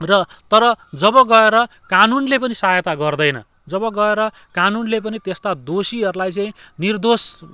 र तर जब गएर कानुनले पनि सहायता गर्दैन जब गएर कानुनले पनि त्यस्ता दोषीहरूलाई चाहिँ निर्दोष